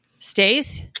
Stace